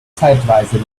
zeitweise